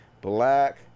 black